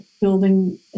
building